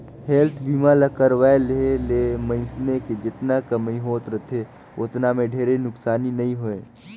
health बीमा ल करवाये लेहे ले मइनसे के जेतना कमई होत रथे ओतना मे ढेरे नुकसानी नइ होय